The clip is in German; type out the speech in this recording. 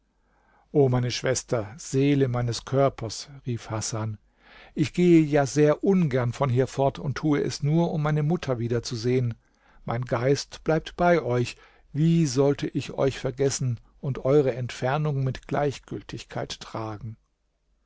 o meine schwester seele meines körpers rief hasan ich gehe ja sehr ungern von hier fort und tu es nur um meine mutter wiederzusehen mein geist bleibt bei euch wie sollte ich euch vergessen und eure entfernung mit gleichgültigkeit tragen